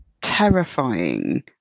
terrifying